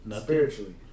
spiritually